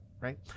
Right